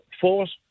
force